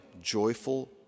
joyful